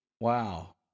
wow